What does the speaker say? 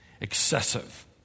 excessive